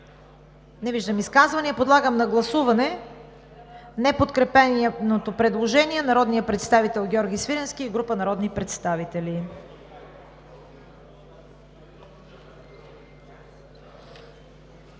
Не виждам. Подлагам на гласуване неподкрепеното предложение на народния представител Георги Свиленски и група народни представители.